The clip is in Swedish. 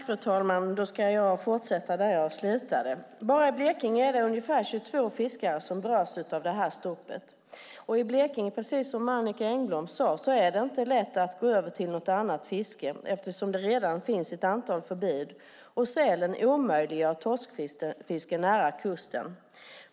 Fru talman! Jag ska fortsätta där jag slutade. Bara i Blekinge är det ungefär 22 fiskare som berörs av torskfiskestoppet. Och i Blekinge är det, precis som Annicka Engblom sade, inte lätt att gå över till något annat fiske eftersom det redan finns ett antal förbud, och sälen omöjliggör torskfiske nära kusten.